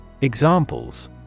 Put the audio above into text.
Examples